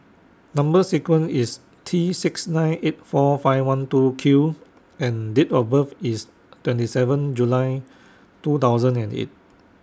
Number sequence IS T six nine eight four five one two Q and Date of birth IS twenty seven July two thousand and eight